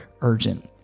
urgent